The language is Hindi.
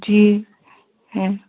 जी हैं